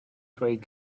dweud